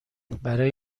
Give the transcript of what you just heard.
برای